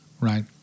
right